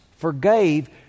forgave